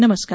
नमस्कार